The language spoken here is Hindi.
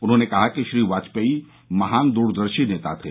उन्होंने कहा कि श्री वाजपेयी महान दूरदर्शी नेता थे